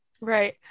Right